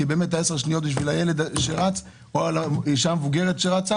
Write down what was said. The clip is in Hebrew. כי באמת בשביל הילד שרץ או בשביל האישה המבוגרת שרצה